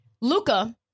Luca